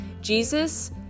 Jesus